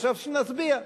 חשבתי שנצביע.